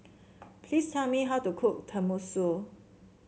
please tell me how to cook Tenmusu